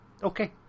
Okay